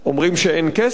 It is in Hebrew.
אומרים שאין כסף?